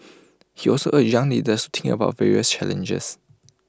he also urged young leaders to think about various challenges